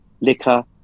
liquor